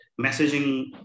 messaging